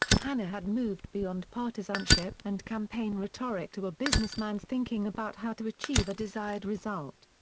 hanna had moved beyond partisanship and campaign rhetoric to a businessman's thinking about how to achieve a desired result.